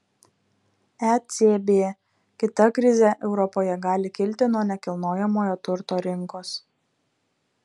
ecb kita krizė europoje gali kilti nuo nekilnojamojo turto rinkos